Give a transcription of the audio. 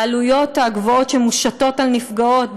העלויות הגבוהות שמושתות על נפגעות,